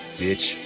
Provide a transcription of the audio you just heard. bitch